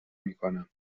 میکنم